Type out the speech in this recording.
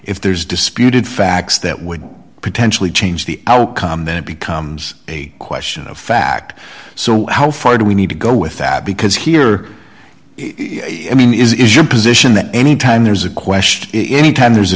if there's disputed facts that would potentially change the outcome then it becomes a question of fact so how far do we need to go with that because here i mean is your position that any time there's a question if any time there's a